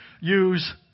use